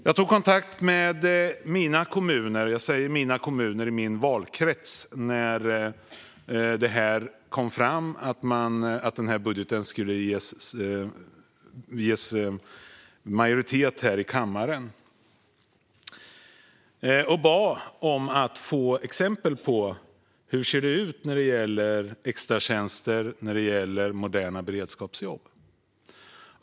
Jag tog kontakt med kommunerna i min valkrets när det kom fram att den här budgeten skulle få majoritet i kammaren och bad om exempel på hur det ser ut när det gäller extratjänster och moderna beredskapsjobb.